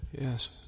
Yes